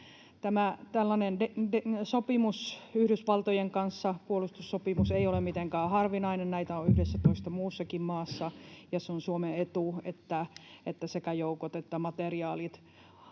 Tällainen puolustussopimus Yhdysvaltojen kanssa ei ole mitenkään harvinainen. Näitä on 11 muussakin maassa, ja se on Suomen etu, että sekä joukot että materiaalit